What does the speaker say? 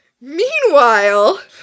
Meanwhile